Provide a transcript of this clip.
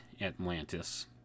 Atlantis